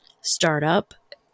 startup